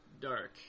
dark